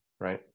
Right